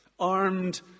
armed